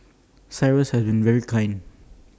cyrus has been very kind